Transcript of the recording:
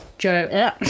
joe